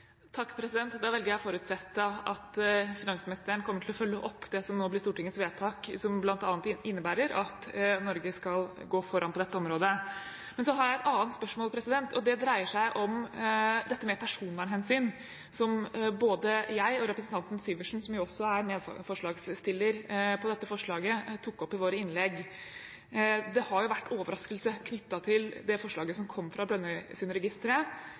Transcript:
å følge opp det som nå blir Stortingets vedtak, som bl.a. innebærer at Norge skal gå foran på dette området. Men så har jeg et annet spørsmål, og det dreier seg om dette med personvernhensyn, som både jeg og representanten Syversen, som jo også er medforslagsstiller på dette forslaget, tok opp i våre innlegg. Det har vært overraskelse knyttet til det forslaget som kom fra